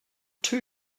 two